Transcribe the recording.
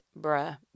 bruh